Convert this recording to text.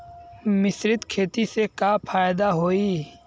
मिश्रित खेती से का फायदा होई?